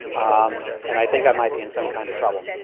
um and i think i might be in some kind of trouble.